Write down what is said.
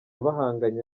bahanganye